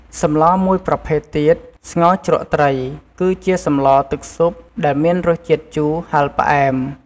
សម្លមួយប្រភេទទៀត ស្ងោរជ្រក់ត្រី គឺជាសម្លរទឹកស៊ុប ដែលមានរសជាតិជូរ ហឹរ ផ្អែម។